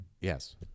Yes